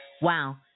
Wow